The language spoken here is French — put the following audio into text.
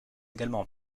également